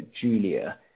Julia